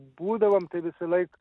būdavom tai visąlaik